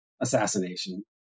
assassination